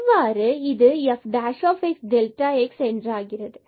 இவ்வாறு இது fx ஆகிறது